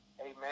amen